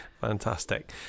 Fantastic